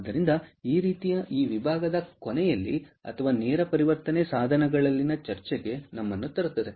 ಆದ್ದರಿಂದ ಆ ರೀತಿಯು ಈ ವಿಭಾಗದ ಕೊನೆಯಲ್ಲಿ ಅಥವಾ ನೇರ ಪರಿವರ್ತನೆ ಸಾಧನಗಳಲ್ಲಿನ ಚರ್ಚೆಗೆ ನಮ್ಮನ್ನು ತರುತ್ತದೆ